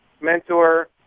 mentor